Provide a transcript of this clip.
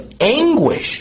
anguish